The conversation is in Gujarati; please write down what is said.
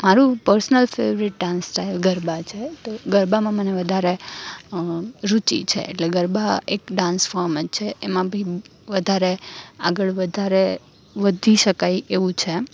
મારું personal favourite dance style garba છે તો ગરબામાં મને વધારે રુચિ છે એટલે ગરબા એક ડાન્સ ફૉમ જ છે એમાં બી વધારે આગળ વધારે વધી શકાય એવું છે